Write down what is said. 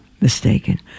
mistaken